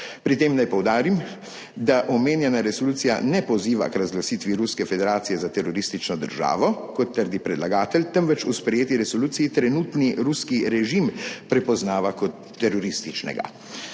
Pri tem naj poudarim, da omenjena resolucija ne poziva k razglasitvi Ruske federacije za teroristično državo, kot trdi predlagatelj, temveč v sprejeti resoluciji trenutni ruski režim prepoznava kot terorističnega.